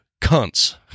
cunts